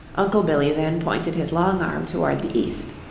uncle billy then pointed his long arm toward the east.